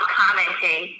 commenting